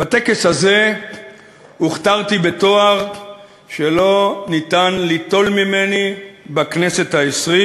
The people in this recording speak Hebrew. בטקס הזה הוכתרתי בתואר שלא ניתן ליטול ממני בכנסת העשרים,